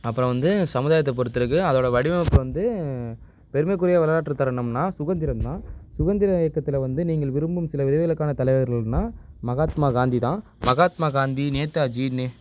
அப்புறம் வந்து சமுதாயத்தை பொறுத்திருக்குது அதோடய வடிவமைப்பு வந்து பெருமைக்குரிய வரலாற்று தருணம்னால் சுதந்திரம் தான் சுதந்திர இயக்கத்தில் வந்து நீங்கள் விரும்பும் சில விதிவிலக்கான தலைவர்கள்னால் மகாத்மா காந்தி தான் மகாத்மா காந்தி நேதாஜி நே